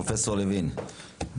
פרופ' לוין,